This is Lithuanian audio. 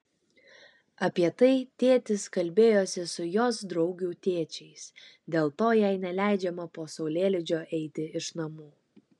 apie tai tėtis kalbėjosi su jos draugių tėčiais dėl to jai neleidžiama po saulėlydžio eiti iš namų